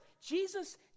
Jesus